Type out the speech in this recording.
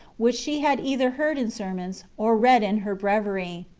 which she had either heard in sermons, or read in her breviary.